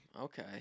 okay